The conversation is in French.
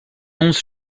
onze